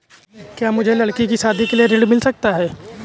क्या मुझे लडकी की शादी के लिए ऋण मिल सकता है?